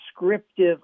descriptive